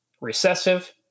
recessive